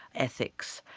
ethics,